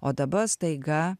o dabar staiga